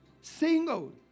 single